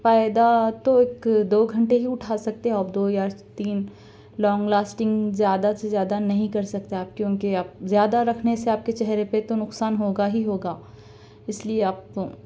فائدہ تو ایک دو گھنٹے ہی اٹھا سکتے ہو آپ دو یا تین لانگ لاسٹنگ زیادہ سے زیادہ نہیں کر سکتا کیونکہ آپ زیادہ رکھنے سے آپ کے چہرے پہ تو نقصان ہوگا ہی ہوگا اس لئے آپ کو